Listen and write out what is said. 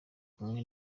kumwe